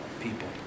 people